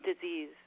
disease